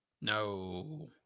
No